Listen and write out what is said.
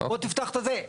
או תפתח את הזה.